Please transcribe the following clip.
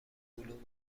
علوم